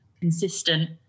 consistent